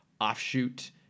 offshoot